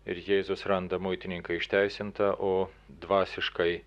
ir jėzus randa muitininką išteisintą o dvasiškai